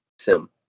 sim